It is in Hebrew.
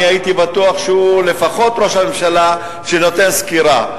הייתי בטוח שהוא לפחות ראש הממשלה שנותן סקירה.